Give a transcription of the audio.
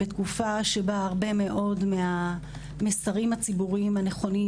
אנחנו נמצאים בתוקפה שבה הרבה מאוד מהמסרים הציבוריים הנכונים